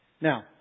Now